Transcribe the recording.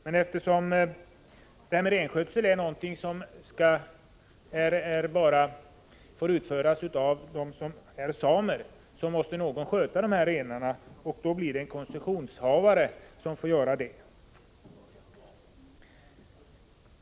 Men eftersom renskötsel bara får bedrivas av dem som är samer måste någon sköta dessa renar, och det blev en koncessionshavare.